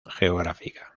geográfica